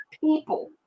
people